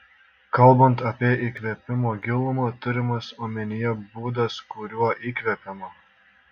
kalbant apie įkvėpimo gilumą turimas omenyje būdas kuriuo įkvepiama